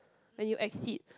when you exceed